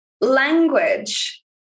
language